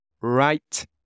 Right